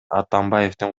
атамбаевдин